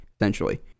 essentially